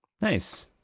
nice